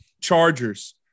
Chargers